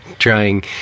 Trying